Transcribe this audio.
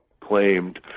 claimed